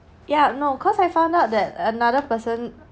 ya no cause I found out that another person